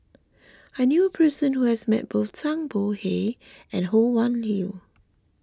I knew a person who has met both Zhang Bohe and Ho Wan Hui